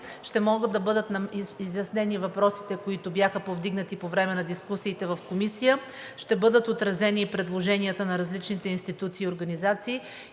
ще могат да бъдат изяснени въпросите, които бяха повдигнати по време на дискусиите в Комисията, ще бъдат отразени и предложенията на различните институции и организации